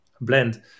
Blend